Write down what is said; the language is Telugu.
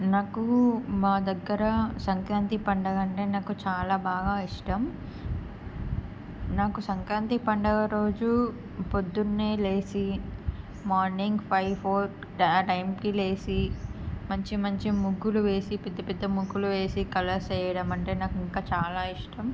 నాకు మా దగ్గర సంక్రాంతి పండగ అంటే నాకు చాలా బాగా ఇష్టం నాకు సంక్రాంతి పండగ రోజు పొద్దున్నే లేచి మార్నింగ్ ఫైవ్ ఫోర్ ఆ టైంకి లేచి మంచి మంచి ముగ్గులు వేసి పిత పిత ముగ్గులు వేసి కలర్స్ వేయడం అంటే నాకు ఇంకా చాలా ఇష్టం